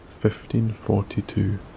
1542